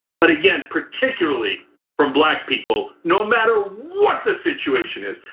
but again, particularly from black people, no matter what the situation is.